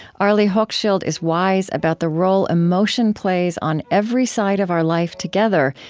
arlie hochschild is wise about the role emotion plays on every side of our life together,